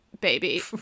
baby